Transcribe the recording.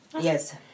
Yes